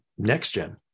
NextGen